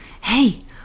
hey